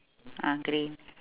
ah green